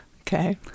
Okay